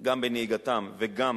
גם בנהיגתם וגם